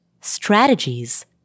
strategies